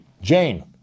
jane